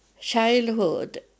childhood